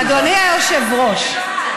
אדוני היושב-ראש,